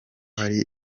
hari